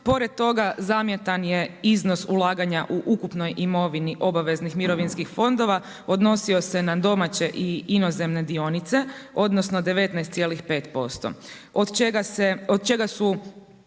pored toga zamjetan je iznos ulaganja u ukupnoj imovini obaveznih mirovinskih fondova, odnosio se na domaće i inozemne dionice, odnosno 19,5%, od čega su